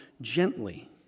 gently